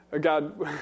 God